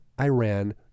Iran